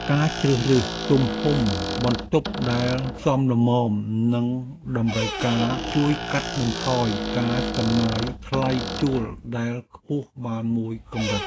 ការជ្រើសរើសទំហំបន្ទប់ដែលសមល្មមនឹងតម្រូវការជួយកាត់បន្ថយការចំណាយថ្លៃជួលដែលខ្ពស់បានមួយកម្រិត។